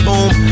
Boom